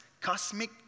Cosmic